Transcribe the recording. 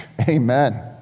Amen